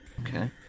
Okay